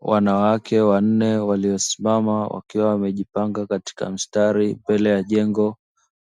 Wanawake wanne waliosimama, wakiwa wamejipanga katika mstari mbele ya jengo,